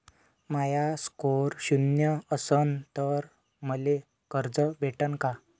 माया score शून्य असन तर मले कर्ज भेटन का?